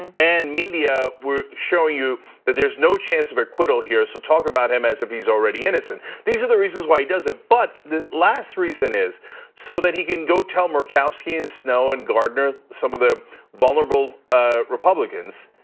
and media, we're showing you that there's no chance of acquittal here. so talk about him as if he's already innocent. these are the reasons why he does it. but the last reason is so that he can go tell murkowski, and snow, and gardner, some of the vulnerable ah republicans,